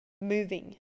moving